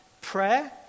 prayer